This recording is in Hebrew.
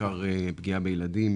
בעיקר פגיעה בילדים,